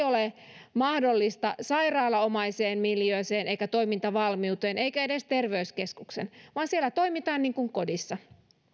ole mahdollista sairaalamaiseen miljööseen eikä toimintavalmiuteen eikä edes terveyskeskuksen vaan siellä toimitaan niin kuin kodissa